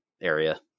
area